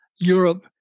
Europe